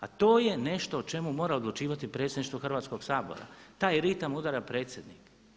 A to je nešto o čemu mora odlučivati predsjedništvo Hrvatskoga sabora, taj ritam udara predsjednik.